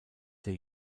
der